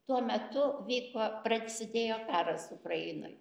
tuo metu vyko pratsidėjo karas ukrainoj